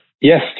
Yes